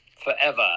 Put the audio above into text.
forever